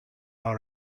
all